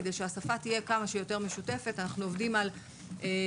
כדי שהשפה תהיה כמה שיותר משותפת אנחנו עובדים על --- בין-ארגוני,